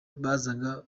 bazaga